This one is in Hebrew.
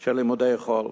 של לימודי חול,